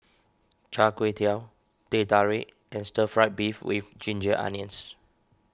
Char Kway Teow Teh Tarik and Stir Fried Beef with Ginger Onions